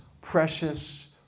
precious